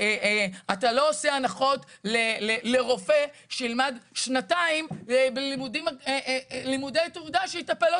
אתה לא עושה הנחות לרופא שלמד שנתיים בלימודי תעודה שיטפל,